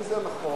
אם זה נכון,